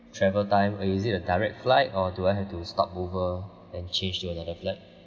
travel time uh is it a direct flight or do I have to stop over and change to another flight